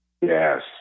Yes